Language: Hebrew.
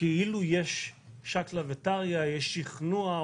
כאילו יש שקלא וטריא, יש שכנוע.